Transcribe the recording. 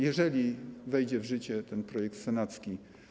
Jeżeli wejdzie w życie ten projekt senacki.